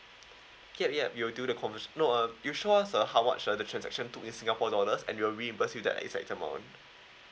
yup yup you'll do the comver~ no uh you show us uh how much ah the transaction to be in singapore dollars and we'll reimburse you the exact amount